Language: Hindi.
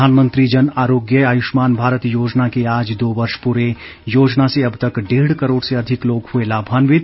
प्रधानमंत्री जन आरोग्य आयुष्मान भारत योजना के आज दो वर्ष पूरे योजना से अब तक डेढ़ करोड़ से अधिक लोग हुए लाभान्वित